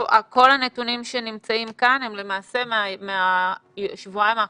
כל הנתונים שנמצאים כאן הם למעשה מהשבועיים האחרונים?